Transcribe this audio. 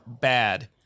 bad